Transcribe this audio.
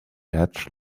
edge